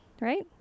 Right